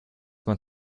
man